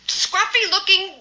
scruffy-looking